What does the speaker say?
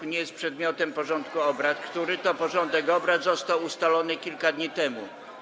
To nie jest przedmiotem porządku obrad, który to porządek obrad został ustalony kilka dni temu.